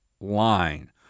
line